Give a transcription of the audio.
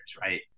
right